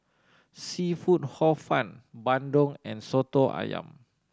seafood Hor Fun bandung and Soto Ayam